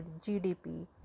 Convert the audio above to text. GDP